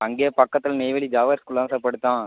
அங்கே பக்கத்தில் நெய்வேலி ஜவஹர் ஸ்கூல்லதான் சார் படிச்சான்